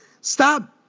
Stop